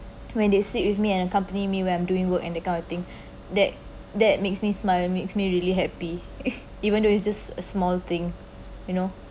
when they sit with me and accompany me when I'm doing work and that kind of thing that that makes me smile makes me really happy even though it's just a small thing you know